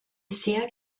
sehr